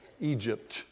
Egypt